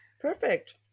Perfect